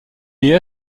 est